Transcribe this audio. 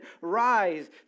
Rise